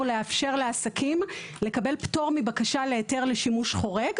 לאפשר לעסקים לקבל פטור מבקשה להיתר לשימוש חורג,